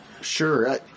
Sure